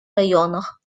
районах